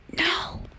no